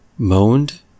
Moaned